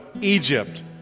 Egypt